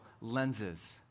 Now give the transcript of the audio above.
lenses